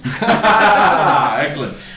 Excellent